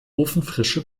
ofenfrische